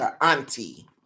Auntie